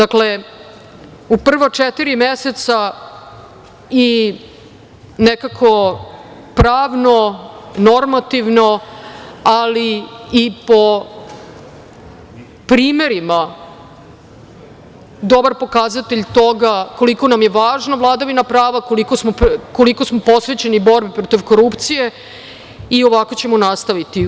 U prva četiri meseca i nekako pravno, normativno, ali i po primerima dobar pokazatelj toga koliko nam je važna vladavina prava, koliko smo posvećeni borbi protiv korupcije i ovako ćemo nastaviti.